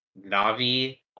Na'vi